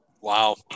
Wow